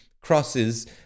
crosses